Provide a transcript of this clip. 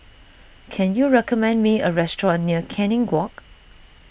can you recommend me a restaurant near Canning Walk